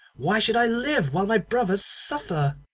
why should i live while my brothers suffer?